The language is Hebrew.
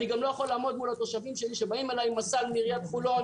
אני גם לא יכול לעמוד מול התושבים שלי שבאים אליי עם הסל מעיריית חולון,